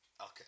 Okay